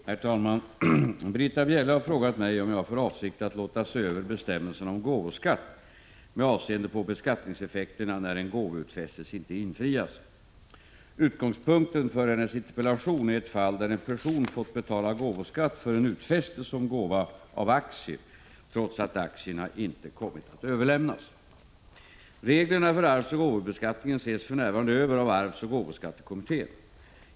Herr talman! Britta Bjelle har frågat mig om jag har för avsikt att låta se över bestämmelserna om gåvoskatt med avseende på beskattningseffekterna när en gåvoutfästelse inte infrias. Utgångspunkten för hennes interpellation är ett fall där en person fått betala gåvoskatt för en utfästelse om gåva av aktier, trots att aktierna inte kommit att överlämnas. Reglerna för arvsoch gåvobeskattningen ses för närvarande över av arvsoch gåvoskattekommittén .